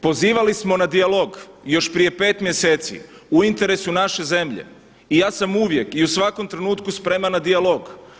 Pozivali smo na dijalog još prije pet mjeseci u interesu naše zemlje i ja sam uvijek i u svakom trenutku spreman na dijalog.